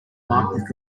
marked